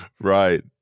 right